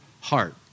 heart